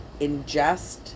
ingest